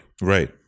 Right